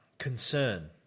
concern